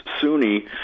Sunni